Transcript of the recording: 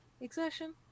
exertion